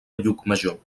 llucmajor